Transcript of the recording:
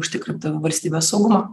užtikrinti valstybės saugumą